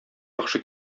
яхшы